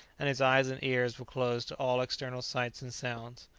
and his eyes and ears were closed to all external sights and sounds.